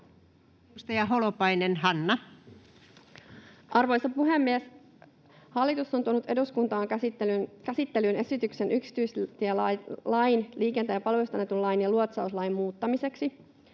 Edustaja Holopainen, Hanna. Arvoisa puhemies! Hallitus on tuonut eduskuntaan käsittelyyn esityksen yksityistielain, liikenteen palveluista annetun lain ja luotsauslain muuttamiseksi.